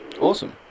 Awesome